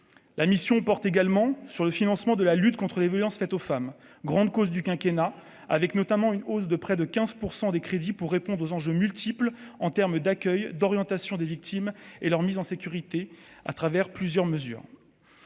la mission porte également sur le financement de la lutte contre les violences faites aux femmes, grande cause du quinquennat avec notamment une hausse de près de 15 % des crédits pour répondre aux enjeux multiples, en terme d'accueil et d'orientation des victimes et leur mise en sécurité à travers plusieurs mesures,